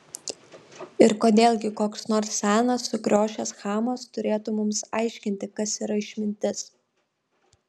ir kodėl gi koks nors senas sukriošęs chamas turėtų mums aiškinti kas yra išmintis